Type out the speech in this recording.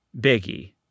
biggie